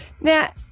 Now